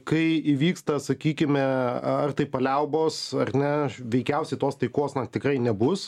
kai įvyksta sakykime ar tai paliaubos ar ne veikiausiai tos taikos tikrai nebus